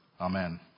Amen